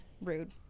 Rude